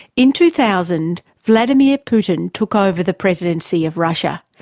in two thousand vladimir putin took over the presidency of russia.